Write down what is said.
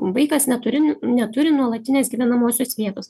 vaikas neturi neturi nuolatinės gyvenamosios vietos